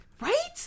right